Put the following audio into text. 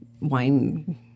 wine